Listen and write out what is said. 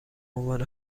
عنوان